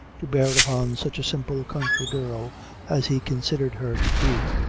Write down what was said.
to bear upon such a simple country girl as he considered her to be.